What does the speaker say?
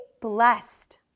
blessed